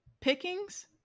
pickings